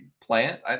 plant